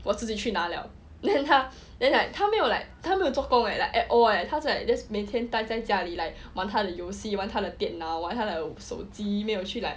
我自己去拿了 then 他 then like 他没有 like 他没有做工 eh like at all leh cause like just 每天待在家里 like 玩他的游戏玩他的电脑玩他的手机没有去 like